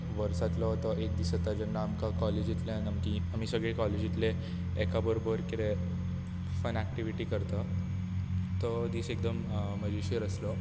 वर्सांतलो तो एक दीस येता जेन्ना आमकां काॅलेजींतल्यान सामकी आमी सगळे काॅलेजींतले एका बरोबर कितें फन एक्टिवीटी करता तो दीस एकदम मजेशीर आसलो